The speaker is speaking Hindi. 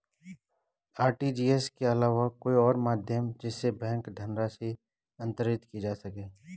आर.टी.जी.एस के अलावा कोई और माध्यम जिससे बैंक धनराशि अंतरित की जा सके?